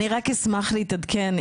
אני רק אשמח להתעדכן,